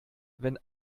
wenn